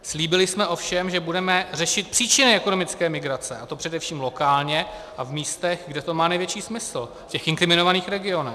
Slíbili jsme ovšem, že budeme řešit příčiny ekonomické migrace, a to především lokálně a v místech, kde to má největší smysl, v těch inkriminovaných regionech.